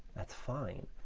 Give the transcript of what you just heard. that's fine.